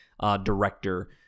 director